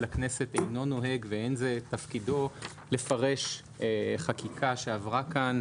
הכנסת אינו נוהג ואין זה תפקידו לפרש חקיקה שעברה כאן.